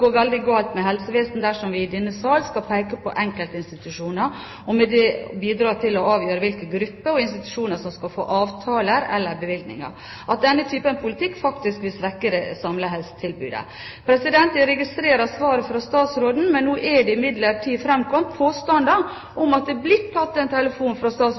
veldig galt med helsevesenet dersom vi i denne sal skal peke på enkeltinstitusjoner og med det bidra til å avgjøre hvilke grupper og institusjoner som skal få avtaler eller bevilgninger, og at denne type politikk faktisk vil svekke det samlede helsetilbudet. Jeg registrerer svaret fra statsråden. Nå er det imidlertid framkommet påstander om at det ble tatt en telefon fra